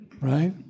Right